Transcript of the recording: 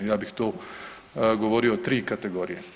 Ja bih tu govorio o tri kategorije.